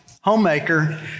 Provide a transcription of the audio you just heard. homemaker